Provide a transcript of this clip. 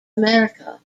america